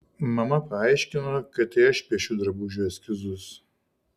mama paaiškino kad tai aš piešiu drabužių eskizus